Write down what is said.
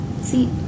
See